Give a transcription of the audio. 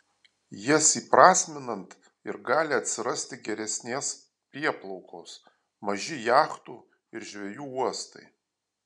jas įprasminant ir gali atsirasti geresnės prieplaukos maži jachtų ir žvejų uostai